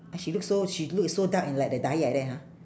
and she look so she look so dark in like the dye like that ha